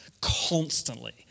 constantly